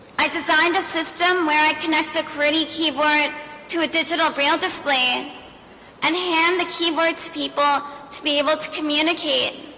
i designed a system where i connect a qwerty keyboard to a digital braille display and hand the keyboard to people to be able to communicate